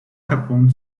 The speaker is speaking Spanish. japón